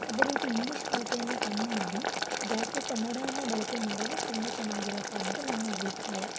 ಅದೇ ರೀತಿ ಇಂಗ್ಲಿಷ್ ಬಳಕೆಯನ್ನೇ ಕಮ್ಮಿ ಮಾಡಿ ಜಾಸ್ತಿ ಕನ್ನಡಾನ ಬಳಕೆ ಮಾಡಿದರೆ ತುಂಬ ಚೆನ್ನಾಗಿರತ್ತೆ ಅನ್ನೋದು ನನ್ನ ಅಭಿಪ್ರಾಯ